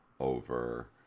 over